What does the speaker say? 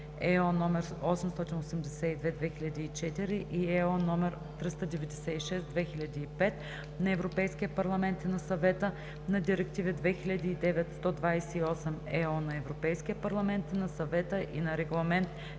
(ЕО) № 882/2004 и (ЕО) № 396/2005 на Европейския парламент и на Съвета, на Директива 2009/128/ЕО на Европейския парламент и на Съвета и на Регламент